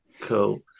cool